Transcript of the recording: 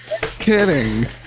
Kidding